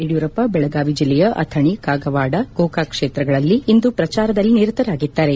ಯಡಿಯೂರಪ್ಪ ದೆಳಗಾವಿ ಜಿಲ್ಲೆಯ ಅಥಣಿ ಕಾಗವಾಡ ಗೋಕಾಕ್ ಕ್ಷೇತ್ರಗಳಲ್ಲಿ ಇಂದು ಪ್ರಚಾರದಲ್ಲಿ ನಿರತರಾಗಿದ್ದಾರೆ